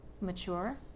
mature